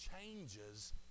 changes